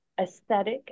aesthetic